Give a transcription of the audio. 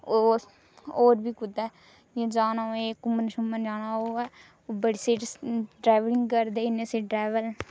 और और बी कुतै जाना हऐ घुम्मन शुम्मन जाना होऐ ओह् बड़ी स्हेई डराइविंग करदे इन्ने स्हेई डरैवर न